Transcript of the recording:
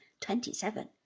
twenty-seven